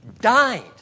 died